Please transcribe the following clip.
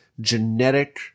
genetic